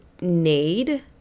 need